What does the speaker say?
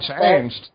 changed